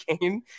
game